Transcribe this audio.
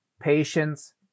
Patience